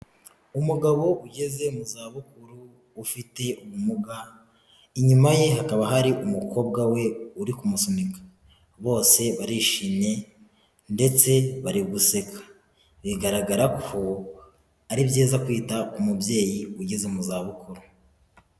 Umugabo ugeze mu za bukuru ufite ubumuga inyuma ye hakaba hari umukobwa we uri kumusunika bose barishimye ndetse bari guseka bigaragara ko ari byiza kwita ku mubyeyi ugeze mu za bukuru.